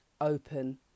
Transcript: open